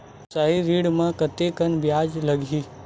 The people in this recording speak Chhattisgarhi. व्यवसाय ऋण म कतेकन ब्याज लगही?